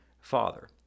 Father